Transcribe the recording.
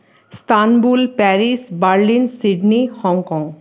Istanbul Paris Berlin Sydney Hong Kong